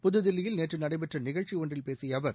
புதுதில்லியில் நேற்று நடைபெற்ற நிகழ்ச்சி ஒன்றில் பேசிய அவர்